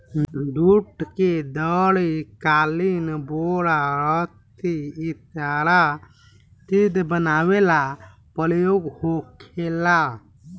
जुट के दरी, कालीन, बोरा, रसी इ सारा चीज बनावे ला उपयोग होखेला